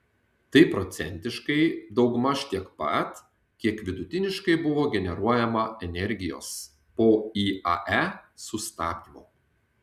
tai procentiškai daugmaž tiek pat kiek vidutiniškai buvo generuojama energijos po iae sustabdymo